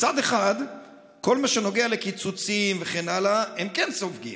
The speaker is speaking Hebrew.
מצד אחד כל מה שנוגע לקיצוצים וכן הלאה הם כן סופגים,